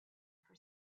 for